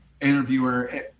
interviewer